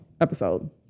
episode